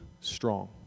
strong